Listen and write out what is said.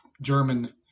German